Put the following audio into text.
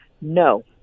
No